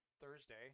Thursday